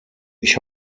ich